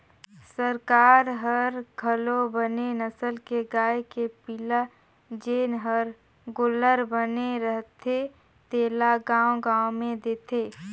सरकार हर घलो बने नसल के गाय के पिला जेन हर गोल्लर बने रथे तेला गाँव गाँव में देथे